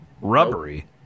rubbery